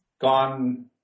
gone